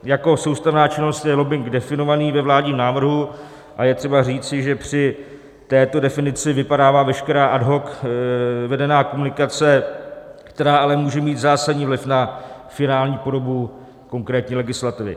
Jako soustavná činnost je lobbing definován ve vládním návrhu a je třeba říci, že při této definici vypadává veškerá ad hoc vedená komunikace, která ale může mít zásadní vliv na finální podobu konkrétní legislativy.